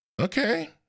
Okay